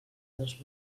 dos